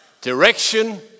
direction